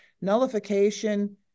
nullification